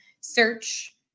search